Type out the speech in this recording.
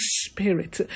spirit